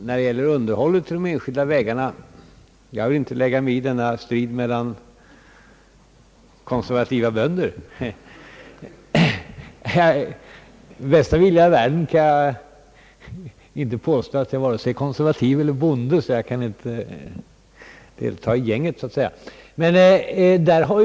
När det gäller underhållet av de enskilda vägarna vill jag inte lägga mig i den strid som här har brutit ut mellan »konservativa bönder» — jag kan med bästa vilja i världen inte påstå att jag är vare sig konservativ eller bonde, och jag kan därför inte »delta i gänget».